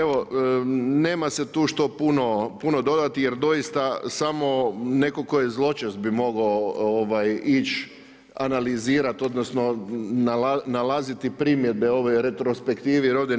Evo, nema se tu što puno dodati jer doista samo netko tko je zločest bi mogao ići analizirati odnosno nalaziti primjedbe ovoj retrospektivi jer ovdje